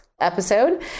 episode